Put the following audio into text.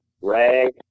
rag